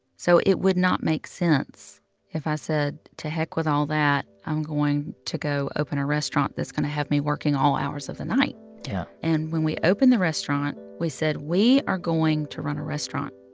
so it would not make sense if i said, to heck with all that i'm going to go open a restaurant that's going to have me working all hours of the night yeah and when we opened the restaurant, we said, we are going to run a restaurant.